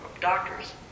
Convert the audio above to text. doctors